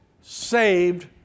saved